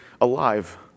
alive